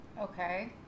okay